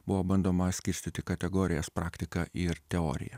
buvo bandoma skirstyti kategorijas praktiką ir teoriją